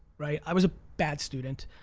right, i was a bad student,